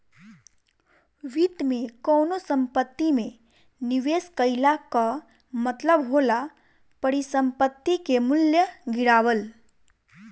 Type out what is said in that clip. वित्त में कवनो संपत्ति में निवेश कईला कअ मतलब होला परिसंपत्ति के मूल्य गिरावल